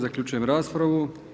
Zaključujem raspravu.